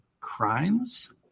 crimes